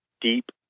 deep